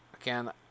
Again